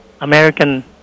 American